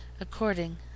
according